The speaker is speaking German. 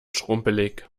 schrumpelig